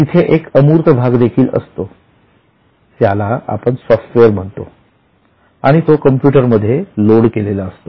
तिथे एक अमूर्त भाग देखील असतो ज्याला आपण सॉफ्टवेअर म्हणतो आणि तो कंप्यूटर मधील लोड केलेला असतो